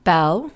Bell